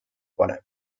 paneb